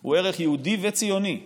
הוא ערך יהודי וציוני נעלה,